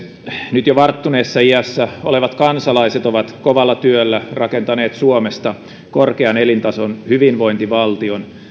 nyt jo varttuneessa iässä olevat kansalaiset ovat kovalla työllä rakentaneet suomesta korkean elintason hyvinvointivaltion